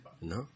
no